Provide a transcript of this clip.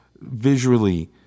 visually